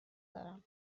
دارم